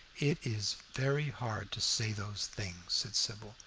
it is very hard to say those things, said sybil,